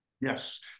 yes